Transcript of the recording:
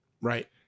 Right